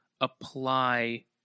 apply